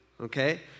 Okay